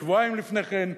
שבועיים לפני כן,